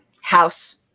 house